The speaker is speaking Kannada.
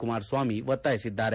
ಕುಮಾರಸ್ವಾಮಿ ಒತ್ತಾಯಿಸಿದ್ದಾರೆ